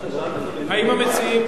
האם כל המציעים,